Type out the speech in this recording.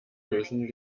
küssen